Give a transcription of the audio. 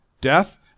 death